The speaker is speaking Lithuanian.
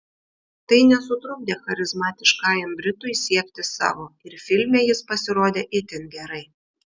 tai nesutrukdė charizmatiškajam britui siekti savo ir filme jis pasirodė itin gerai